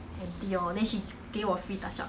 empty lor then she 给我 free touch up